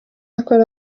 akora